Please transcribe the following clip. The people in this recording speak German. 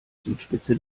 südspitze